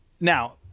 Now